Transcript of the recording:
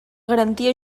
garantia